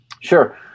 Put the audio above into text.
Sure